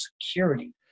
security